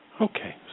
Okay